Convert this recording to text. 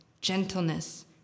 gentleness